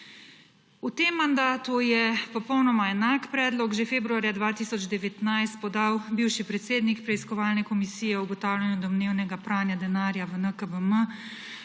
V tem mandatu je popolnoma enak predlog že februarja 2019 podal bivši predsednik preiskovalne komisije o ugotavljanju domnevnega pranja denarja v NKBM,